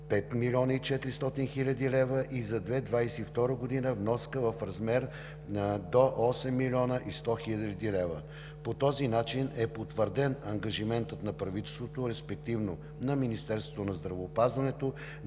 5 млн. 400 хил. лв., и за 2022 г. – вноска в размер на до 8 млн. 100 хил. лв. По този начин е потвърден ангажиментът на правителството, респективно на Министерството на здравеопазването,